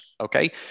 okay